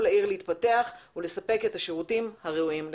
לעיר להתפתח ולספק את השירותים הראויים לתושביה.